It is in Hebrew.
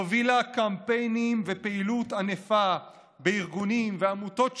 היא הובילה קמפיינים ופעילות ענפה בארגונים ועמותות שונות,